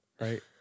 Right